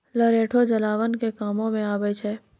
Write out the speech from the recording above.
लरैठो जलावन के कामो मे आबै छै